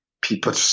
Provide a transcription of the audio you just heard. people